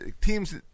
teams